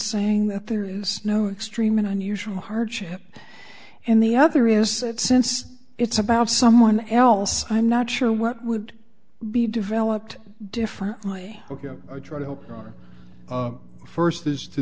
saying that there is no extreme an unusual hardship and the other is that since it's about someone else i'm not sure what would be developed differently ok i try to help our first as to